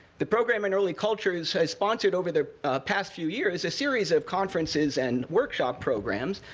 the program in early cultures has sponsored, over the past few years, a series of conferences and workshop programs,